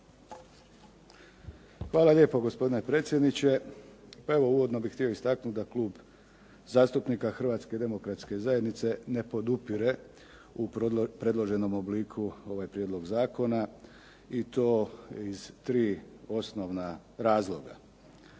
Hvala lijepo gospodine predsjedniče. Evo, uvodno bih htio istaknuti da Klub zastupnika Hrvatske demokratske zajednice ne podupire u predloženom obliku ovaj prijedlog zakona i to iz 3 osnovna razloga.